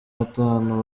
batanu